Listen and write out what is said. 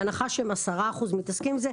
בהנחה ש-10% מתעסקים בזה,